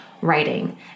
writing